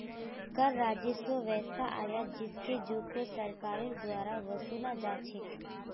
कर राजस्व वैसा आय छिके जेको सरकारेर द्वारा वसूला जा छेक